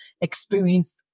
experience